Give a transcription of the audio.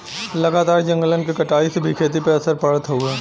लगातार जंगलन के कटाई से भी खेती पे असर पड़त हउवे